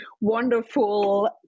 wonderful